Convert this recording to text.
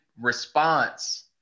response